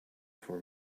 for